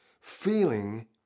feeling